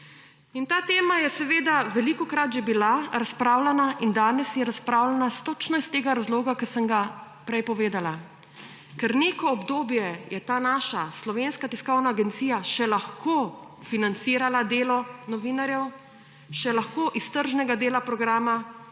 In ta tema je seveda velikokrat že bila razpravljana in danes je razpravljana točno iz tega razloga, ki sem ga prej povedala, ker neko obdobje je ta naša Slovenska tiskovna agencija še lahko financirala delo novinarjev, še lahko iz tržnega dela programa